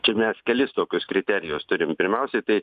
čia mes kelis tokius kriterijus turim pirmiausiai tai